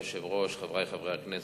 אדוני היושב-ראש, חברי חברי הכנסת,